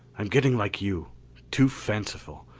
i'm getting like you too fanciful.